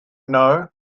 know